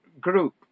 group